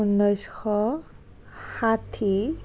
ঊনৈছশ ষাঠি